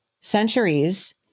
centuries